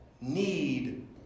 need